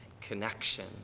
connection